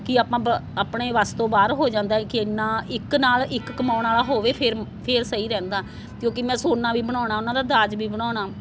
ਕਿ ਆਪਾਂ ਬ ਆਪਣੇ ਵੱਸ ਤੋਂ ਬਾਹਰ ਹੋ ਜਾਂਦਾ ਕਿ ਇੰਨਾ ਇੱਕ ਨਾਲ ਇੱਕ ਕਮਾਉਣ ਵਾਲਾ ਹੋਵੇ ਫਿਰ ਸਹੀ ਰਹਿੰਦਾ ਕਿਉਂਕਿ ਮੈਂ ਸੋਨਾ ਵੀ ਬਣਾਉਣਾ ਉਹਨਾਂ ਦਾ ਦਾਜ ਵੀ ਬਣਾਉਣਾ